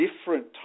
different